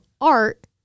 Art